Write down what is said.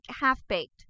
half-baked